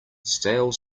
stale